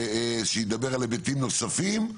שידבר על היבטים נוספים.